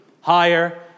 higher